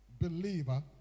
believer